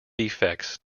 defects